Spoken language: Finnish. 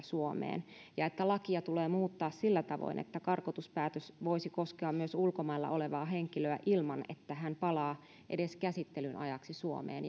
suomeen ja että lakia tulee muuttaa sillä tavoin että karkotuspäätös voisi koskea myös ulkomailla olevaa henkilöä ilman että hän palaa edes käsittelyn ajaksi suomeen